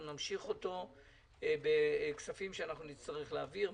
נמשיך אותו בכספים שאנחנו נצטרך להעביר,